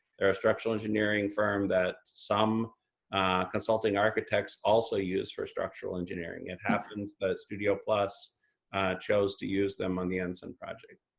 they're a structural engineering firm that some consulting architects also use for structural engineering. it happens that studio plus chose to use them on the ensign project.